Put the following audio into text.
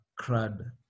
CRUD